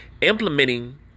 implementing